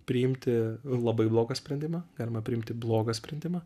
priimti labai blogą sprendimą galima priimti blogą sprendimą